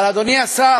אבל, אדוני השר,